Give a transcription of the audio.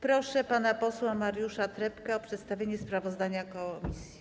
Proszę pana posła Mariusza Trepkę o przedstawienie sprawozdania komisji.